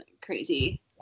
crazy